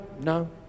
No